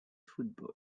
football